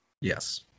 Yes